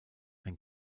ein